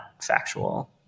factual